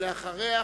ואחריה,